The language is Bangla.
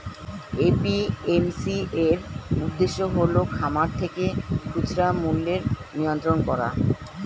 এ.পি.এম.সি এর উদ্দেশ্য হল খামার থেকে খুচরা মূল্যের নিয়ন্ত্রণ করা